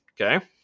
okay